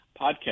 podcast